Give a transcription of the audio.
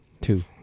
Two